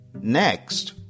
Next